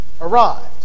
arrived